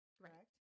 correct